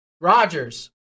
Rogers